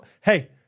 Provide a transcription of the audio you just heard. Hey